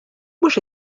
mhux